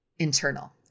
internal